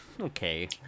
okay